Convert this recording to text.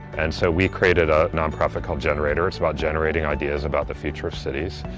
and so we created a nonprofit called generator. it's about generating ideas about the future of cities.